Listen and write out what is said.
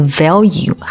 value